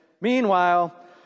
meanwhile